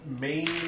main